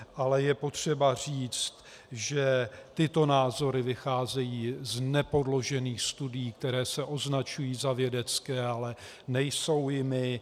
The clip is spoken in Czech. Ale je potřeba říct, že tyto názory vycházejí z nepodložených studií, které se označují za vědecké, ale nejsou jimi.